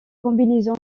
combinaison